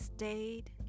stayed